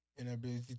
inability